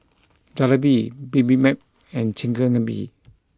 Jalebi Bibimbap and Chigenabe